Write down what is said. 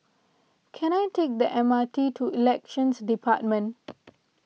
can I take the M R T to Elections Department